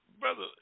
brother